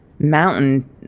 mountain